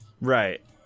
Right